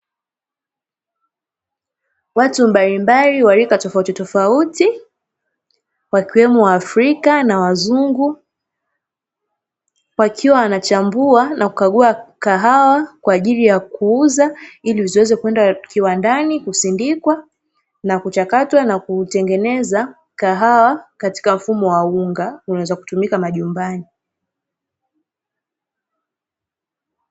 Watu mbalimbali wa rika tofautitofauti wakiwemo waafrika na wazungu, wakiwa wanachambua na kukagua kahawa kwaajili ya kuuza, ili ziweze kwenda kiwandani kusindikwa na kuchakatwa na kutengeneza kahawa katika mfumo wa unga unaoweza kutumika majumbani.